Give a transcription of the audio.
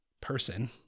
person